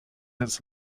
its